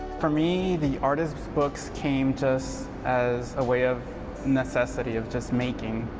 for me, the artists books came just as a way of necessity, of just making.